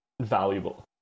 valuable